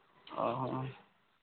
ᱚ